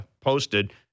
posted